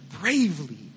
bravely